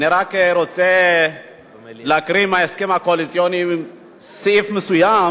אני רק רוצה להקריא סעיף מסוים